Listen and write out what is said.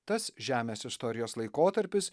tas žemės istorijos laikotarpis